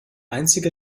einzige